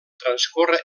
transcorre